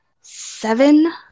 seven